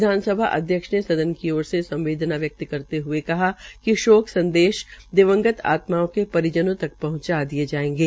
विधानसभा अध्यक्ष ने सदन की ओर से संवदेना व्यक्त करते हए शोक संदेश दिवंगत आत्माओं के परिजनों तक पहंचा दिये जायेंगे